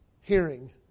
hearing